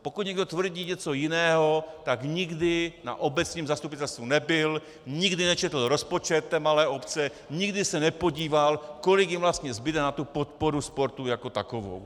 Pokud někdo tvrdí něco jiného, tak nikdy na obecním zastupitelstvu nebyl, nikdy nečetl rozpočet malé obce, nikdy se nepodíval, kolik jim vlastně zbude na podporu sportu jako takovou.